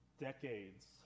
Decades